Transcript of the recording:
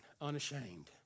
unashamed